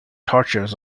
tortures